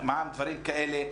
של מע"מ, דברים כאלה.